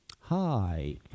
Hi